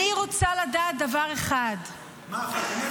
אני רוצה לדעת דבר אחד -- מה החוק?